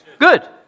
Good